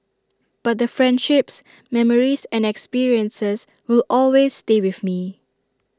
but the friendships memories and experiences will always stay with me